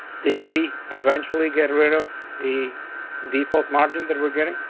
did we eventually get rid of the default margin that we're getting?